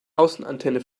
außenantenne